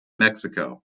mexico